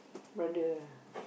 brother